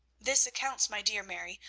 this accounts, my dear mary,